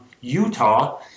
Utah